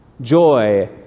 joy